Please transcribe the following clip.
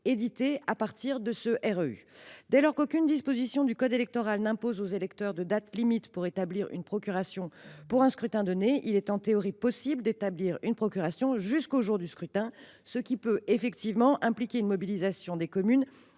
éditée à partir du REU. Dès lors qu’aucune disposition du code électoral n’impose aux électeurs de date limite pour établir une procuration à l’occasion d’un scrutin donné, il est en théorie possible d’établir une procuration jusqu’au jour des élections. En effet, cela peut impliquer de mobiliser les communes